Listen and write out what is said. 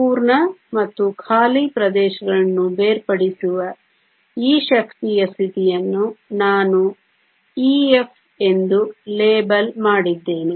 ಪೂರ್ಣ ಮತ್ತು ಖಾಲಿ ಪ್ರದೇಶಗಳನ್ನು ಬೇರ್ಪಡಿಸುವ ಈ ಶಕ್ತಿಯ ಸ್ಥಿತಿಯನ್ನು ನಾನು Ef ಎಂದು ಲೇಬಲ್ ಮಾಡಿದ್ದೇನೆ